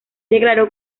declaró